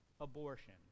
abortion